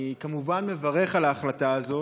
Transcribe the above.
אני כמובן מברך על ההחלטה הזאת.